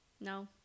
No